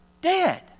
dead